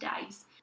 days